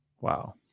Wow